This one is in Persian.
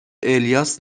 الیاس